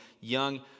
young